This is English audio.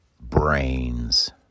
Brains